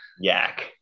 Yak